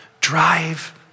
drive